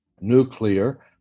nuclear